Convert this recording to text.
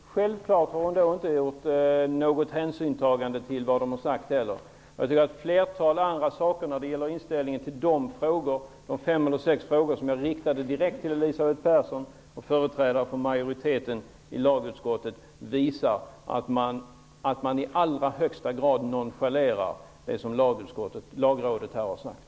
Självklart har hon inte tagit någon hänsyn till vad rådet har sagt. Inställningen till de fem sex frågor som jag riktade till Elisabeth Persson och företrädare för majoriteten i lagutskottet visar att man i allra högsta grad nonchalerar vad Lagrådet här har sagt.